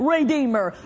Redeemer